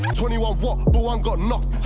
but twenty one what? but one got knocked, ha,